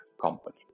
company